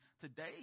today